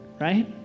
right